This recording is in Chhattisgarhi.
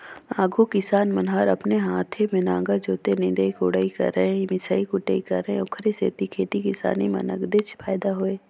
आघु किसान मन हर अपने हाते में नांगर जोतय, निंदई कोड़ई करयए मिसई कुटई करय ओखरे सेती खेती किसानी में नगदेच फायदा होय